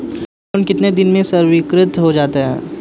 Loan कितने दिन में स्वीकृत हो जाता है?